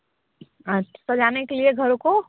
सजाने के लिए घरों को